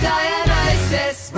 Dionysus